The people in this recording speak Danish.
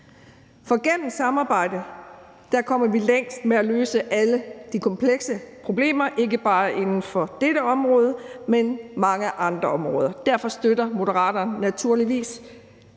For gennem samarbejde kommer vi længst med at løse alle de komplekse problemer, ikke bare inden for dette område, men mange andre områder. Derfor støtter Moderaterne naturligvis